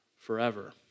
forever